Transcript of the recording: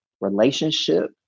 relationship